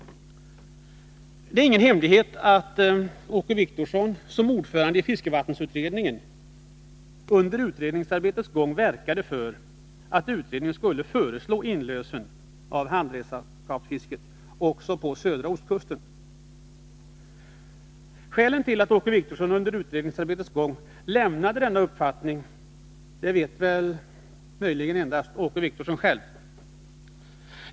Det är ingen hemlighet att Åke Wictorsson, som ordförande i fiskevattensutredningen, under utredningsarbetets gång verkade för att utredningen skulle föreslå inlösen av handredskapsfisket på södra ostkusten. Skälen till att Åke Wictorsson under utredningsarbetets gång lämnade denna uppfattning vet väl endast Åke Wictorsson själv.